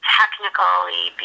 technically